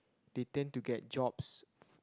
they tend to get jobs